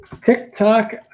TikTok